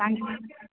तव्हांखे